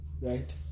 right